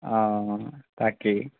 অ তাকেই